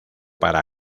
para